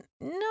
no